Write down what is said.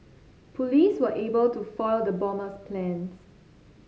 police were able to foil the bomber's plans